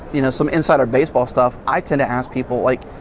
you know some insider baseball stuff, i tend to ask people like,